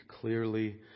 clearly